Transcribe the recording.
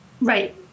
right